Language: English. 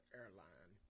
airline